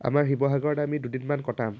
আমাৰ শিৱসাগৰত আমি দুদিনমান কটাম